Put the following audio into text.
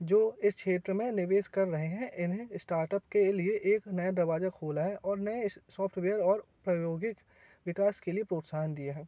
जो इस क्षेत्र में निवेश कर रहे हैं इन्हें स्टार्टअप के लिए एक नया दरवाजा खोला है और नए सौफ्टवेयर और प्रयोगिक विकास के लिए प्रोत्साहन दिया है